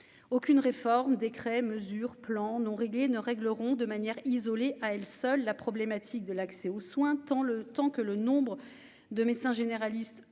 aucune réforme des crèmes mesure plan non réglées, ne régleront de manière isolée, à elle seule, la problématique de l'accès aux soins, tant le temps que le nombre de médecins généralistes